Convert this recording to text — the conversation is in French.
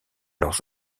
leurs